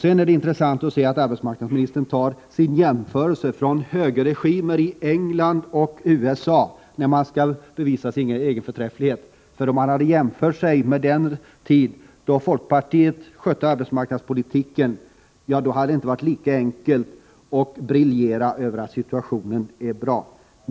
Sedan är det intressant att se att arbetsmarknadsministern jämför med högerregimer i England och USA när hon skall bevisa sin egen regerings förträfflighet. Om hon hade gjort jämförelsen med den tid då folkpartiet skötte arbetsmarknadspolitiken, hade det inte varit lika enkelt att briljera över att situationen skulle vara bra.